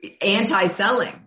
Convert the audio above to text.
anti-selling